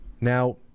Now